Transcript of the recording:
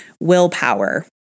willpower